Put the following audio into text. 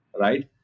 right